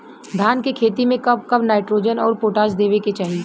धान के खेती मे कब कब नाइट्रोजन अउर पोटाश देवे के चाही?